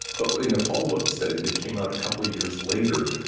but in a follow-up study that came out a couple of years later,